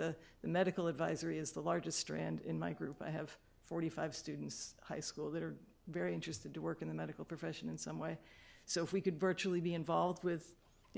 the the medical advisory is the largest strand in my group i have forty five students high school that are very interested to work in the medical profession in some way so if we could virtually be involved with